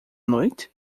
noite